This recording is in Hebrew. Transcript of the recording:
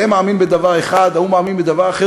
זה מאמין בדבר אחד, ההוא מאמין בדבר אחד.